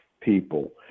people